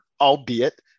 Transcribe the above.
albeit